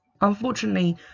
unfortunately